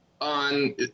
on